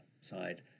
side